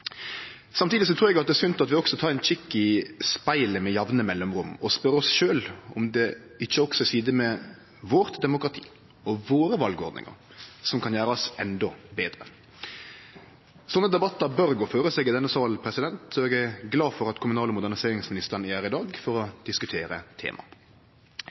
Samtidig trur eg det er sunt at vi også tek ein kikk i spegelen med jamne mellomrom og spør oss sjølve om det ikkje også er sider ved vårt demokrati og våre valordningar som kan gjerast endå betre. Slike debattar bør gå føre seg i denne salen, så eg er glad for at kommunal- og moderniseringsministeren er her i dag for